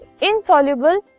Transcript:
insoluble